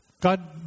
God